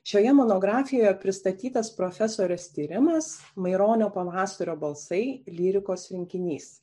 šioje monografijoje pristatytas profesorės tyrimas maironio pavasario balsai lyrikos rinkinys